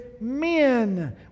men